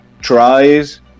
tries